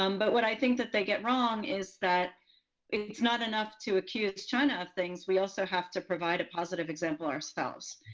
um but what i think that they get wrong is that it's not enough to accuse china of things. we also have to provide a positive example ourselves.